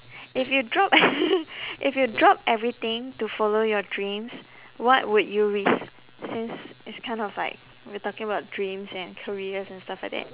if you drop if you drop everything to follow your dreams what would you risk since it's kind of like we're talking about dreams and careers and stuff like that